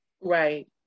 Right